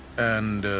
and.